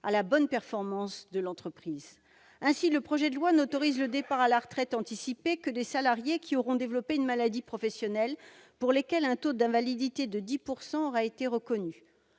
à la bonne performance de l'entreprise. Ainsi, le projet de loi prévoit d'autoriser le départ à la retraite anticipée des seuls salariés qui auront développé une maladie professionnelle et pour lesquels un taux d'invalidité de 10 % au moins aura été reconnu.